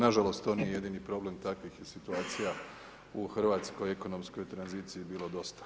Na žalost to nije jedini problem, takvih je situacija u hrvatskoj ekonomskoj tranziciji bilo dosta.